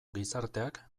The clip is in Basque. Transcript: gizarteak